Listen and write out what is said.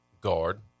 guard